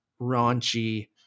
raunchy